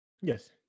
Yes